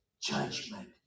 judgment